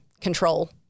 control